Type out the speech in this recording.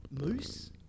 Moose